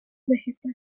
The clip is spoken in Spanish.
vegetal